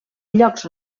llocs